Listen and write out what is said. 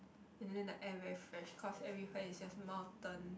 and then the air very fresh cause every where is just mountain